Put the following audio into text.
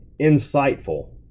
insightful